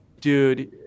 Dude